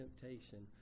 temptation